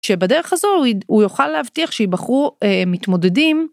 שבדרך הזו הוא יוכל להבטיח שיבחרו מתמודדים.